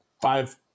five